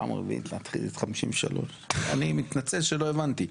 פעם רביעית להתחיל את סעיף 53. אני מתנצל שלא הבנתי.